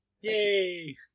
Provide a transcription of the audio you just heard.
Yay